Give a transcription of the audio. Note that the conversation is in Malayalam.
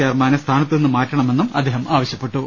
ചെയർമാനെ സ്ഥാനത്തുനിന്ന് മാറ്റണമെന്നും അദ്ദേഹം ആവശ്യപ്പെട്ടു